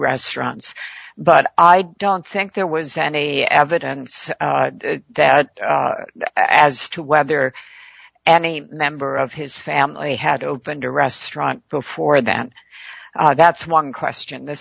restaurants but i don't think there was any evidence that as to whether any member of his family had opened a restaurant before that that's one question the